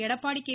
Edappadi K